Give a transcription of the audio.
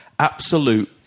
absolute